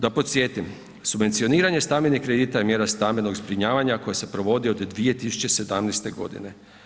Da podsjetim, subvencioniranje stambenih kredita je mjera stambenog zbrinjavanja koja se provodi od 2017. godine.